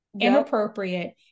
inappropriate